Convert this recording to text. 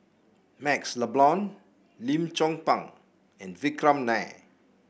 MaxLe Blond Lim Chong Pang and Vikram Nair